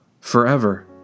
forever